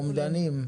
אומדנים?